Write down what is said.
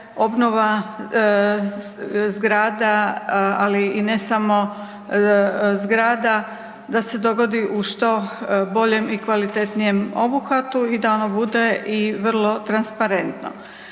obnova zgrada, ali i ne samo zgrada, da se dogodi u što boljem i kvalitetnijem obuhvatu i da ona bude i vrlo transparentno.